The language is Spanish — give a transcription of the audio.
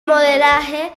modelaje